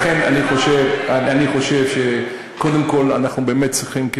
לכן אני חושב שקודם כול אנחנו באמת צריכים,